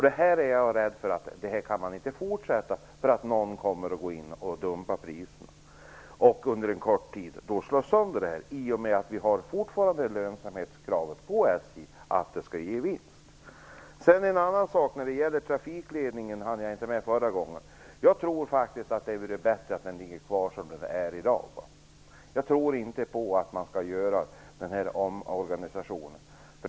Det här är jag rädd att man inte kommer att kunna fortsätta med, för att någon kommer att gå in och dumpa priserna och på kort tid slå sönder det, i och med att vi fortfarande har lönsamhetskravet på SJ, att det skall ge vinst. Jag hann inte med trafikledningen i mitt förra anförande. Jag tror faktiskt att det vore bättre att den ligger kvar som den är i dag. Jag tror inte på att man skall göra den här omorganisationen.